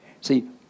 See